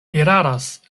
eraras